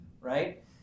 right